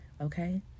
Okay